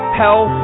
hell